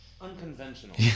Unconventional